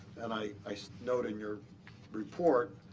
and i i note in your report